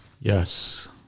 Yes